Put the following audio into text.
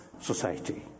society